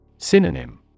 Synonym